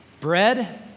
bread